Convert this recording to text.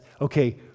okay